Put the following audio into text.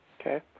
Okay